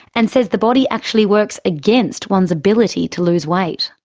and says the body actually works against one's ability to lose weight.